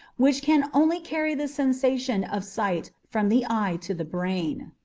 which can only carry the sensation of sight from the eye to the brain.